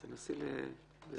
אז תנסי לסכם.